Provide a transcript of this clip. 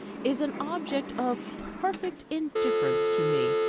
is an object of perfect indifference to me.